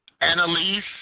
Annalise